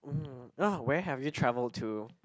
mm ah where have you travelled to